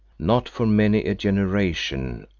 not for many a generation,